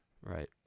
Right